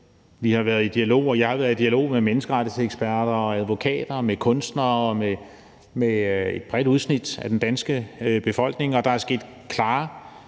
jeg har været dialog med menneskerettighedseksperter, advokater, kunstnere og med et bredt udsnit af den danske befolkning, og der er sket klare